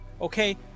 okay